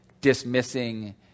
dismissing